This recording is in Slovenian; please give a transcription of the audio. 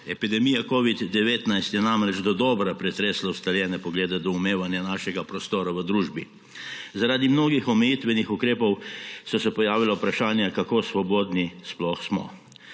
Epidemija covida-19 je namreč dodobra pretresla ustaljene poglede doumevanja našega prostora v družbi. Zaradi mnogo omejitvenih ukrepov so se pojavljala vprašanja, koliko svobodni sploh smo.